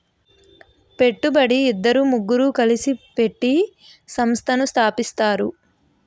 పెట్టుబడి ఇద్దరు ముగ్గురు కలిసి పెట్టి సంస్థను స్థాపిస్తారు